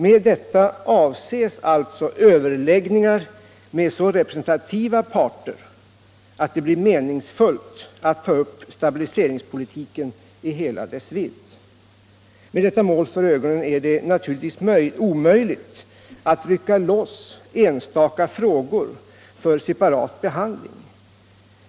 Med detta avses alltså överläggningar med så representativa parter att det blir meningsfullt att ta upp stabiliseringspolitiken i hela dess vidd. Med detta mål för ögonen är det naturligtvis omöjligt att rycka loss enstaka frågor för separat behandling.